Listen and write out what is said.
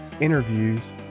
interviews